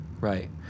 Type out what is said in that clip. Right